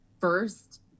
first